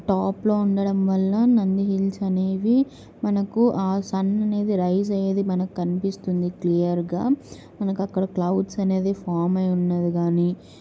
టాప్లో ఉండడం వల్ల నంది హిల్స్ అనేవి మనకు ఆ సన్ అనేది రైజ్ అయ్యేది మనకు కనిపిస్తుంది క్లియర్గా మనకి అక్కడ క్లౌడ్స్ అనేది ఫార్మ్ అయి ఉన్నది కానీ